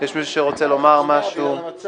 של חה"כ אחמד טיבי.